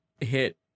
hit